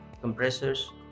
compressors